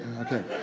Okay